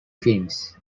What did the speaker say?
films